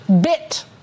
bit